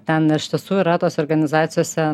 ten iš tiesų yra tose organizacijose